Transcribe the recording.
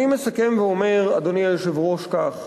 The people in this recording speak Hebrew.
אני מסכם ואומר, אדוני היושב-ראש, כך: